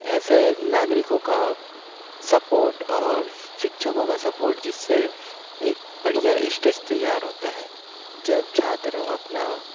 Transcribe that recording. ऐसे नागरिकों का सपोर्ट और शिक्षकों का सपोर्ट जिससे एक बढ़िया स्टेज तैयार होता है जब छात्र अपना